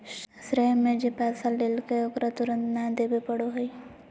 श्रेय में जे पैसा लेलकय ओकरा तुरंत नय देबे पड़ो हइ